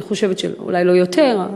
אולי לא יותר,